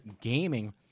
Gaming